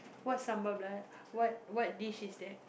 what's what what dish is that